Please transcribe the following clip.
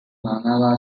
manawatu